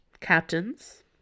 Captains